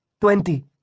Twenty